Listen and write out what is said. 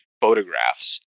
photographs